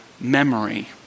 memory